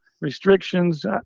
restrictions